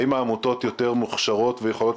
האם העמותות יותר מוכשרות ויותר יכולות